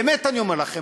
באמת אני אומר לכם,